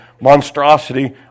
monstrosity